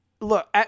look